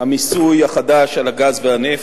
המיסוי החדש על הגז והנפט,